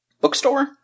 bookstore